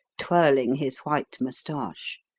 twirling his white moustache.